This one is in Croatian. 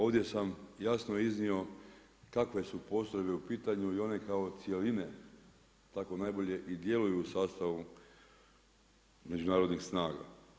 Ovdje sam jasno iznio kakve su postrojbe u pitanju i one kao cjeline tako najbolje i djeluju u sastavu međunarodnih snaga.